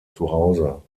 zuhause